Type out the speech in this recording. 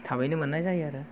थाबैनो मोननाय जायो आरो